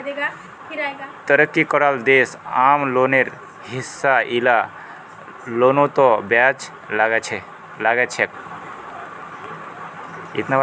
तरक्की कराल देश आम लोनेर हिसा इला लोनतों ब्याज लगाछेक